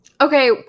Okay